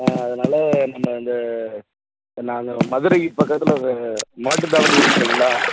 ஆ அதனால் நம்ம இந்த நானு மதுரைக்குப் பக்கத்தில் மாட்டுத்தாவணி இருக்குது இல்லைங்களா